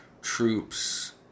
troops